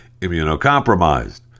immunocompromised